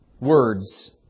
words